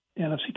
NFC